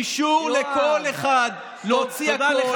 אישור לכל אחד להוציא הכול.